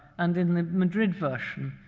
and in the madrid version,